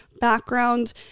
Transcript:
background